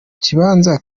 kibanza